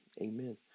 Amen